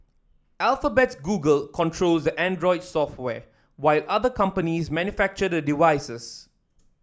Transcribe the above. Alphabet's Google controls the Android software while other companies manufacture the devices